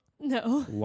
No